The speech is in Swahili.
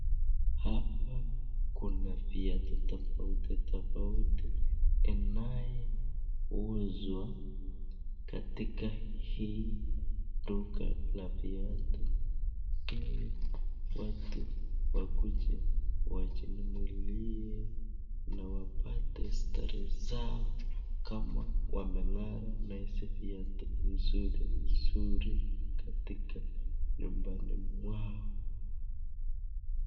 Hapa kuna viatu tofauti tofauti inayouzwa katika hii duka la viatu ili watu wakuje wajinunulie na wapate starehe zao kama wamengara nahizi viatu nzuri nzuri katika nyumbani mwao.